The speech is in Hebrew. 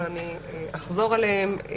אבל אני אחזור עליהם.